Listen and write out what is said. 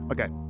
Okay